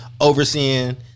overseeing